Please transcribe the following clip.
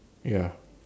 ya